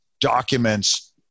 documents